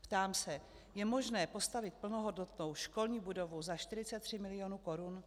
Ptám se: Je možné postavit plnohodnotnou školní budovu za 43 milionů korun?